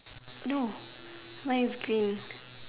no mine is pink